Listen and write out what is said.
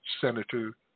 senator